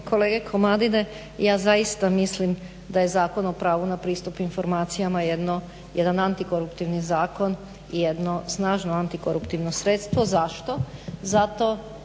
kolege Komadine ja zaista mislim da je Zakon o pravu na pristup informacijama jedan antikoruptivni zakon i jedno snažno antikoruptivno sredstvo. Zašto? Zato